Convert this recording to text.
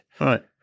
right